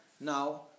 Now